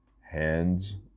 hand's